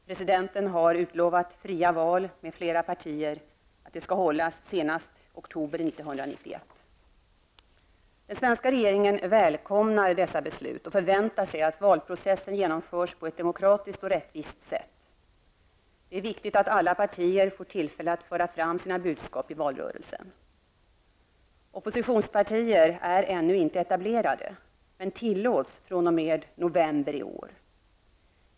Presidenten har utlovat att fria val med flera partier skall hållas senast oktober Den svenska regeringen välkomnar dessa beslut och förväntar sig att valprocessen genomförs på ett demokratiskt och rättvist sätt. Det är viktigt att alla partier får tillfälle att föra fram sina budskap i valrörelsen. Oppositionspartier är ännu inte etablerade men tillåts fr.o.m. november i år.